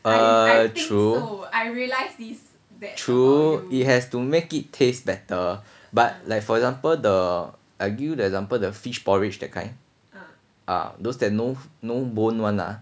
uh true true it has to make it taste better but like for example the I give you the example the fish porridge that kind ah those that no no bone [one] lah